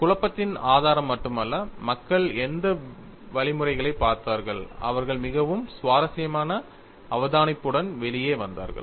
குழப்பத்தின் ஆதாரம் மட்டுமல்ல மக்கள் எந்த வழிமுறையைப் பார்த்தார்கள் அவர்கள் மிகவும் சுவாரஸ்யமான அவதானிப்புடன் வெளியே வந்தார்கள்